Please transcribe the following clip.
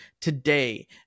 today